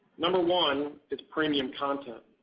number one, it's premium content,